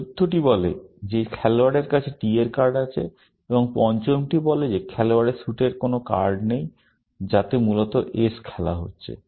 চতুর্থটি বলে যে খেলোয়াড়ের কাছে t এর কার্ড আছে এবং পঞ্চমটি বলে যে খেলোয়াড়ের স্যুটের কোনও কার্ড নেই যাতে মূলত S খেলা হচ্ছে